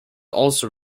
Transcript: also